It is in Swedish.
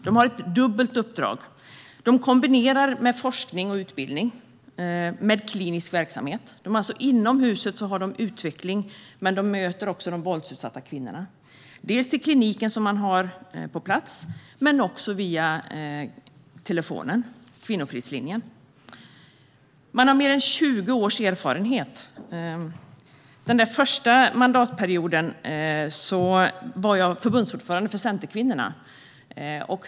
De har ett dubbelt uppdrag. De kombinerar forskning och utbildning med klinisk verksamhet. Inom huset har de utveckling, men de möter också de våldsutsatta kvinnorna. Det gör de i kliniker som de har på plats, men också via telefonen med Kvinnofridslinjen. De har mer än 20 års erfarenhet. Den första mandatperioden var jag förbundsordförande för Centerkvinnorna.